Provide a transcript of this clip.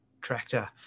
tractor